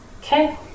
Okay